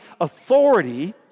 authority